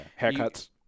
haircuts